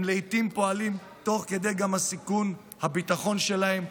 הם לעיתים פועלים גם תוך כדי סיכון הביטחון שלהם,